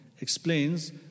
explains